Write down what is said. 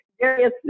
various